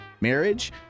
marriage